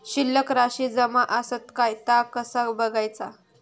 शिल्लक राशी जमा आसत काय ता कसा बगायचा?